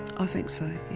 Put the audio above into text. i think so,